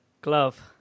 glove